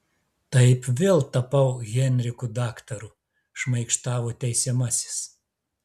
taip vėl tapau henriku daktaru šmaikštavo teisiamasis